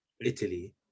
Italy